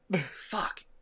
Fuck